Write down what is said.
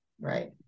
right